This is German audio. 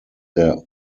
der